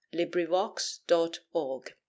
LibriVox.org